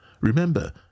Remember